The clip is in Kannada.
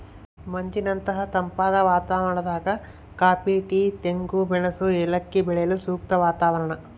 ಮಂಜಿನಂತಹ ತಂಪಾದ ವಾತಾವರಣದಾಗ ಕಾಫಿ ಟೀ ತೆಂಗು ಮೆಣಸು ಏಲಕ್ಕಿ ಬೆಳೆಯಲು ಸೂಕ್ತ ವಾತಾವರಣ